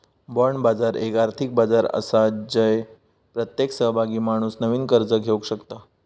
bond बाजार एक आर्थिक बाजार आसा जय प्रत्येक सहभागी माणूस नवीन कर्ज घेवक शकता